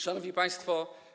Szanowni Państwo!